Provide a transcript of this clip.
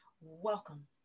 Welcome